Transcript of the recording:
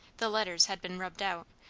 the letters had been rubbed out,